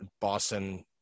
Boston